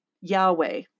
Yahweh